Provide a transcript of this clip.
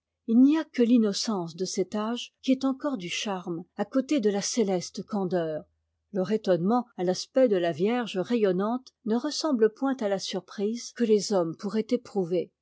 il n'y a que l'innocence de cet âge qui ait encore du charme à côté de la cé este candeur leur étonnement à l'aspect de là vierge rayonnante ne ressembie point à la surprise que les hommes pourraient éprouver